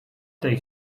tej